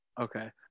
Okay